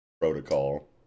protocol